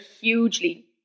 hugely